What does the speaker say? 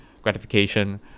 Gratification